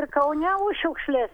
ir kaune už šiukšles